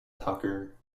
tucker